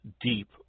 deep